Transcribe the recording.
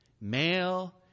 Male